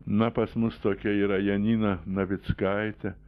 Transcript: na pas mus tokia yra janina navickaitė